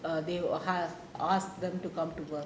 err they have asked them to come to work